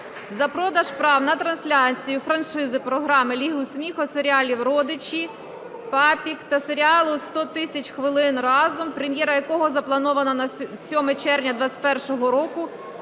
за продаж прав на трансляцію франшизи програми "Ліга сміху", серіалів "Родичі", "Папік" та серіалу "100 000 хвилин разом", прем'єра якого запланована на 7 червня 21-го року